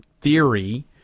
theory